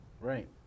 Right